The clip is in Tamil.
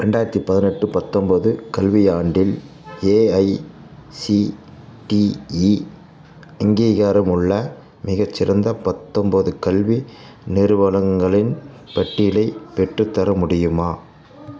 ரெண்டாயிரத்தி பதினெட்டு பத்தொம்போது கல்வியாண்டில் ஏஐசிடிஇ அங்கீகாரமுள்ள மிகச்சிறந்த பத்தொம்போது கல்வி நிறுவனங்களின் பட்டியலை பெற்றுத்தர முடியுமா